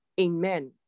Amen